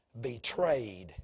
betrayed